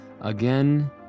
Again